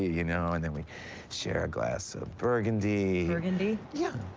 you know? and then we'd share a glass of burgundy. burgundy? yeah.